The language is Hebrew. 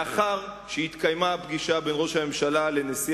לאחר שהתקיימה הפגישה בין ראש הממשלה לנשיא